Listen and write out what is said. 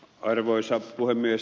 arvoisa puhemies